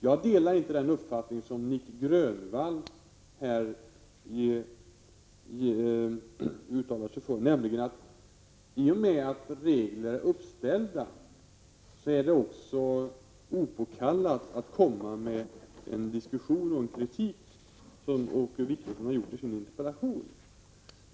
Jag delar inte Nic Grönvalls uppfattning att det i och med att regler är uppställda är opåkallat att komma med kritik, som nu Åke Wictorsson har gjort i sin interpellation.